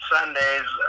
Sundays